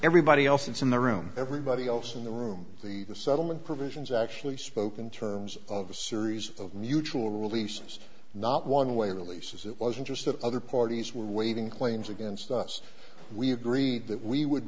everybody else in the room everybody else in the room the the settlement provisions actually spoken terms of a series of mutual releases not one way leases it wasn't just that other parties were waiting claims against us we agreed that we would